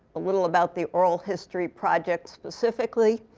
a little about the oral history project, specifically,